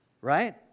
Right